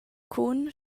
cun